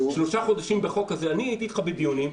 אני הייתי אתך בדיונים,